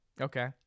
Okay